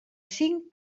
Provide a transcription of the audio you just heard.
cinc